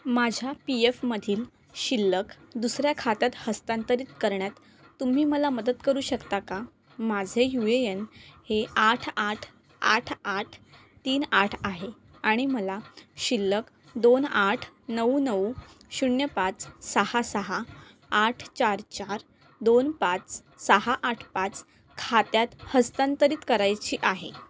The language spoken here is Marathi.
माझ्या पी एफमधील शिल्लक दुसऱ्या खात्यात हस्तांतरित करण्यात तुम्ही मला मदत करू शकता का माझे यू ए यन हे आठ आठ आठ आठ तीन आठ आहे आणि मला शिल्लक दोन आठ नऊ नऊ शून्य पाच सहा सहा आठ चार चार दोन पाच सहा आठ पाच खात्यात हस्तांतरित करायची आहे